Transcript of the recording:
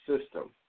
system